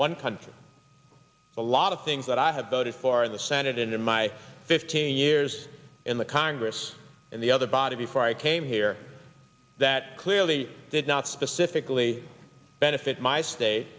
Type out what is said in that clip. one country a lot of things that i have voted for in the senate in my fifteen years in the congress and the other body before i came here that clearly did not specifically benefit my state